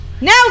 No